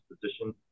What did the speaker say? position